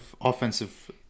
offensive